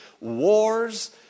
wars